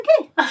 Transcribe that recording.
okay